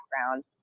background